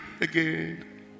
again